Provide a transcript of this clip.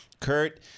Kurt